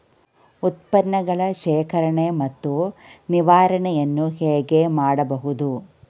ಉತ್ಪನ್ನಗಳ ಶೇಖರಣೆ ಮತ್ತು ನಿವಾರಣೆಯನ್ನು ಹೇಗೆ ಮಾಡಬಹುದು?